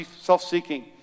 self-seeking